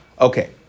Okay